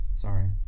Sorry